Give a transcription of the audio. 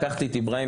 לקחתי את איברהים,